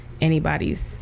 anybody's